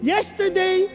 Yesterday